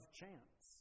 chance